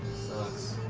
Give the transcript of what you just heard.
socks?